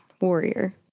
warrior